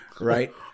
right